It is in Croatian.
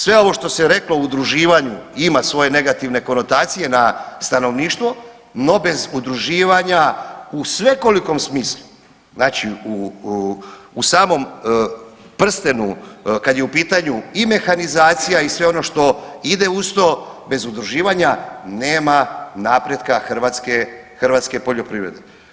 Sve ovo što se reklo o udruživanju ima svoje negativne konotacije na stanovništvo, no bez udruživanja u svekolikom smislu, znači u samom prstenu kad je u pitanju i mehanizacija i sve ono što ide uz to, bez udruživanja nema napretka hrvatske, hrvatske poljoprivrede.